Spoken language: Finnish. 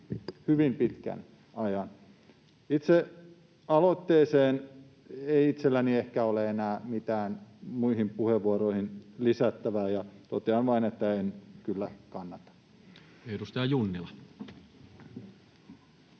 hyvin pitkän ajan. Itse aloitteeseen ei itselläni ehkä ole enää mitään muihin puheenvuoroihin lisättävää, ja totean vain, että en sitä kyllä kannata. [Speech 340]